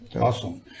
Awesome